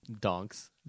donks